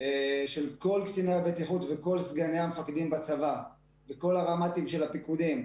של כל קציני הבטיחות וכל סגני המפקדים בצבא וכל הרמ"טים של הפיקודים,